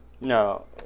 No